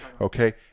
Okay